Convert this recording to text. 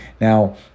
Now